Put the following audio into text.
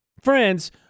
friends